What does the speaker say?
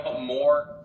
more